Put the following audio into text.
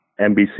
NBC